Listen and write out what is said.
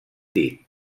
dit